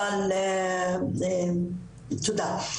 אבל תודה.